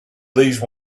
these